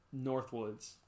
Northwoods